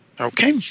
Okay